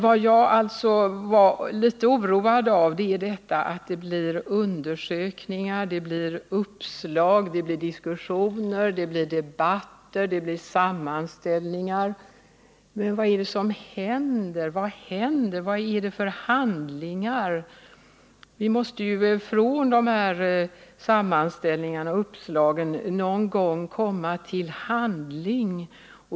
Vad jag är litet oroad av är emellertid att det blir undersökningar, uppslag, diskussioner, debatter och sammanställningar — men vad är det som händer? Vad är det man gör i handling? Vi måste ju från de här sammanställningarna . och uppslagen någon gång komma till handling.